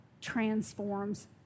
transforms